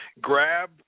Grab